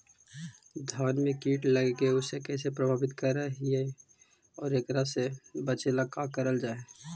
धान में कीट लगके उसे कैसे प्रभावित कर हई और एकरा से बचेला का करल जाए?